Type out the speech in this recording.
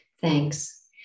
Thanks